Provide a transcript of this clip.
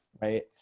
right